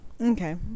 okay